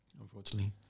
unfortunately